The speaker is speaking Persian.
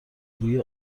بوی